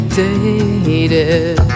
dated